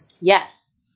Yes